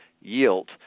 yield